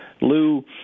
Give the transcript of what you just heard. Lou